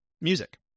music